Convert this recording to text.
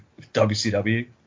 WCW